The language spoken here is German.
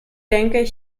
denke